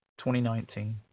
2019